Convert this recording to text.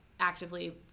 actively